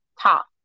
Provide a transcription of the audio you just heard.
top